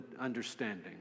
understanding